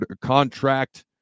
contract